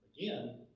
again